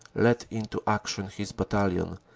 led into action his battalion,